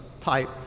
type